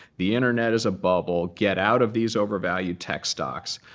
the internet is a bubble, get out of these overvalued tech stocks.